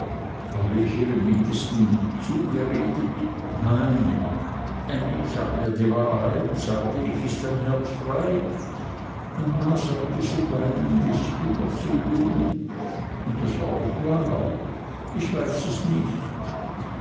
habe ich ihr im geringsten zugeredet nein ännie sag mir die wahrheit sagte ich ist dein herz frei mama sagte sie weinend ich bin noch so jung und das war doch wahr ich weiß es nicht